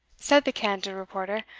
said the candid reporter,